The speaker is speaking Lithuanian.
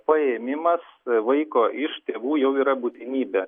paėmimas vaiko iš tėvų jau yra būtinybė